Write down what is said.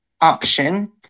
option